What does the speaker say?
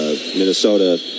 Minnesota